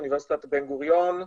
אוניברסיטת בן גוריון,